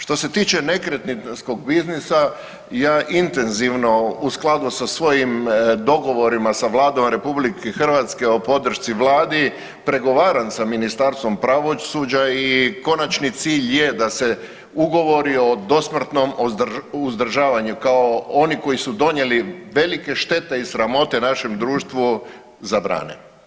Što se tiče nekretninskog biznisa ja intenzivno u skladu sa svojim dogovorima sa Vladom Republike Hrvatske o podršci Vladi pregovaram sa Ministarstvom pravosuđa i konačni cilj je da se ugovori o dosmrtnom uzdržavanju kao oni koji su donijeli velike štete i sramote našem društvu zabrane.